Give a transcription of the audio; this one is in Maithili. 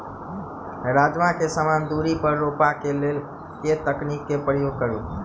राजमा केँ समान दूरी पर रोपा केँ लेल केँ तकनीक केँ प्रयोग करू?